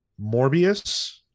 Morbius